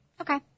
Okay